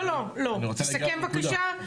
תסכם בבקשה.